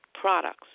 products